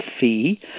fee